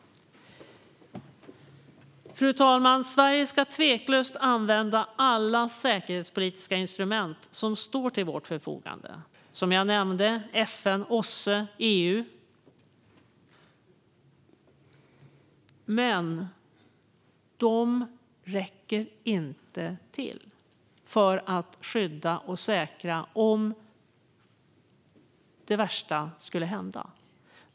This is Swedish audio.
Fru talman! Sverige ska tveklöst använda alla säkerhetspolitiska instrument som står till vårt förfogande, som jag nämnde FN, OSSE och EU. Men de räcker inte till för att skydda och säkra om det värsta skulle hända.